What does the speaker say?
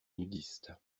nudistes